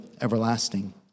everlasting